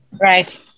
Right